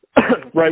Right